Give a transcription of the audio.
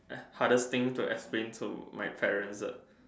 uh hardest thing to explain to my parents ah